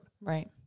Right